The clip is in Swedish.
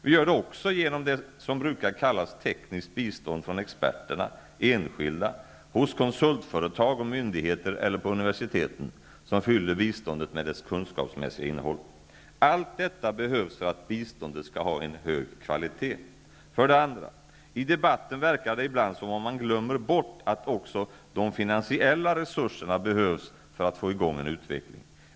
Vi gör det också genom det som brukar kallas tekniskt bistånd från experterna -- enskilda, hos konsultföretag och myndigheter eller på universiteten -- som fyller biståndet med dess kunskapsmässiga innehåll. Allt detta behövs för att biståndet skall ha hög kvalitet. För det andra: I debatten verkar det ibland som om man glömmer bort att också de finansiella resurserna behövs för att få i gång en utveckling.